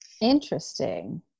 Interesting